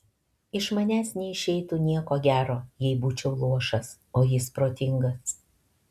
iš manęs neišeitų nieko gero jei būčiau luošas o jis protingas